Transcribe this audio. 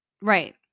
right